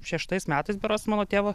šeštais metais berods mano tėvo